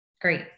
Great